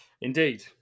Indeed